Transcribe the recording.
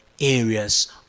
areas